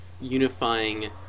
unifying